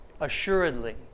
assuredly